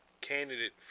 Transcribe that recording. candidate